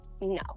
No